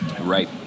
Right